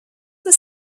were